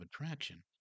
attraction